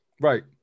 Right